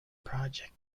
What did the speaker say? project